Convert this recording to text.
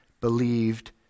believed